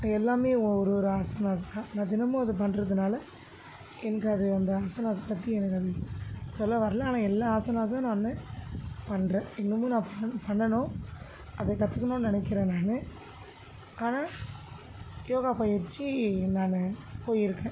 எல்லாமே ஒரு ஒரு ஆசனாஸ் தான் நான் தினமும் அதை பண்ணுறதுனால எனக்கு அது அந்த ஆசனாஸ் பற்றி எனக்கு வந் சொல்ல வரல ஆனால் எல்லா ஆசனாஸ்மே நான் பண்ணுறேன் இன்னமும் நான் பண் பண்ணணும் அதை கற்றுக்கணுன்னு நினக்கிறேன் நான் ஆனால் யோகா பயிற்சி நான் போயிருக்கேன்